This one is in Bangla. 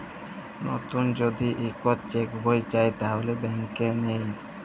লতুল যদি ইকট চ্যাক বই চায় তাহলে ব্যাংকে লেই